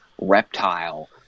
Reptile